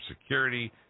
security